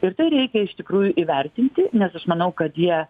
ir tai reikia iš tikrųjų įvertinti nes aš manau kad jie